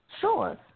Sure